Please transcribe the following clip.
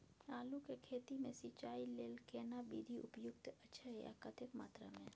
आलू के खेती मे सिंचाई लेल केना विधी उपयुक्त अछि आ कतेक मात्रा मे?